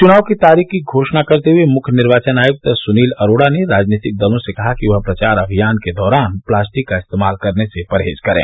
चुनाव की तारीख की घोषणा करते हुये मुख्य निर्वाचन आयुक्त सुनील अरोड़ा ने राजनीतिक दलों से कहा कि वह प्रचार अभियान के दौरान प्लास्टिक का इस्तेमाल करने से परहेज करें